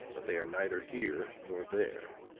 but they are neither here nor there.